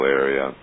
area